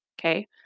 Okay